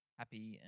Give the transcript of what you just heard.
happy